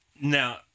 Now